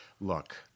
Look